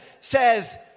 says